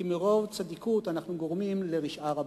כי מרוב צדיקות אנחנו גורמים לרשעה רבה.